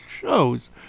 shows